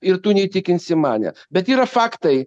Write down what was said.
ir tu neįtikinsi manęs bet yra faktai